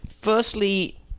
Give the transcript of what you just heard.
Firstly